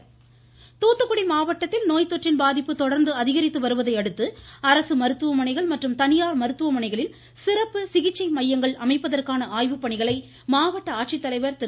மமமமம தூத்துக்குடி வாய்ஸ் தூத்துக்குடி மாவட்டத்தில் நோய் தொற்றின் பாதிப்பு தொடா்ந்து அதிகரித்து வருவதை அடுத்து அரசு மருத்துவமனைகள் மற்றும் தனியாா் மருத்துவமனைகளில் சிறப்பு சிகிச்சை மையங்கள் அமைப்பதற்கான ஆய்வுப்பணிகளை மாவட்ட ஆட்சித்தலைவர் திரு